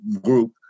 group